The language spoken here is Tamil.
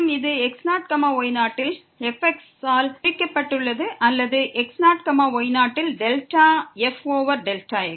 மற்றும் இது x0y0ல் fx ஆல் குறிப்க்கப்பட்டுள்ளது அல்லது x0y0 ல் டெல்டா f ஓவர் Δx